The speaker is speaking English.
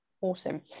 awesome